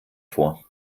vor